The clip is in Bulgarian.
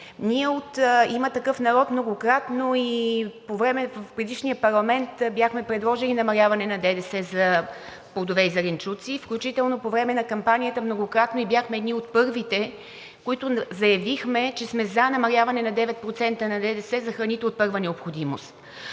Ние от „Има такъв народ“ многократно и в предишния парламент бяхме предложили намаляване на ДДС за плодове и зеленчуци, включително по време на кампанията – многократно, и бяхме едни от първите, които заявихме, че сме за намаляване на 9% на ДДС за храните от първа необходимост.